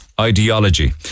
ideology